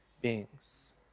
beings